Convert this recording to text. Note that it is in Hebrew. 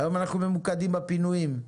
אבל אנחנו ממוקדים בפינויים,